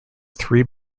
three